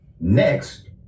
next